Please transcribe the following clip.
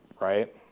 right